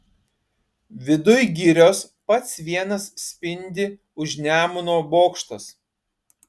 viduj girios pats vienas spindi už nemuno bokštas